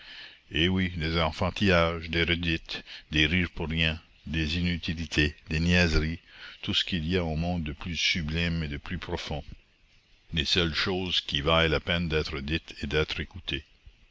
eh oui des enfantillages des redites des rires pour rien des inutilités des niaiseries tout ce qu'il y a au monde de plus sublime et de plus profond les seules choses qui vaillent la peine d'être dites et d'être écoutées